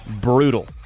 brutal